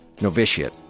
novitiate